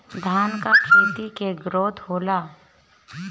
धान का खेती के ग्रोथ होला?